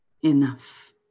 enough